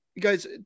guys